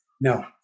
no